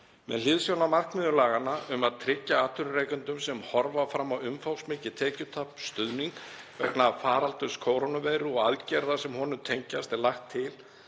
Með hliðsjón af markmiði laganna um að tryggja atvinnurekendum sem horfa fram á umfangsmikið tekjutap stuðning vegna faraldurs kórónuveiru og aðgerða sem honum tengjast, er lagt til